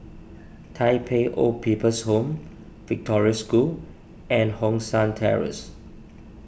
Tai Pei Old People's Home Victoria School and Hong San Terrace